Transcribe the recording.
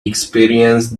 experienced